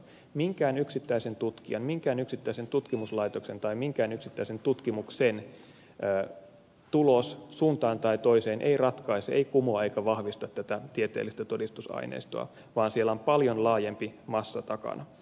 minkään yksittäisen tutkijan minkään yksittäisen tutkimuslaitoksen tai minkään yksittäisen tutkimuksen tulos suuntaan tai toiseen ei ratkaise ei kumoa eikä vahvista tätä tieteellistä todistusaineistoa vaan siellä on paljon laajempi massa takana